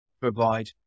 provide